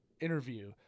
interview